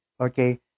Okay